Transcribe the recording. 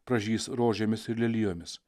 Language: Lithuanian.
pražys rožėmis ir lelijomis